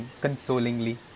consolingly